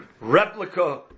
replica